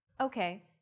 Okay